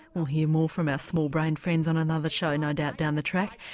we'll hear more from our small-brained friends on another show no doubt down the track.